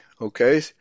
Okay